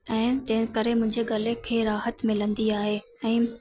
ऐं तंहिं करे मुंहिंजे गले खे राहत मिलंदी आहे ऐं